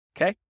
Okay